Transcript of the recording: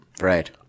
Right